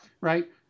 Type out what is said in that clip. right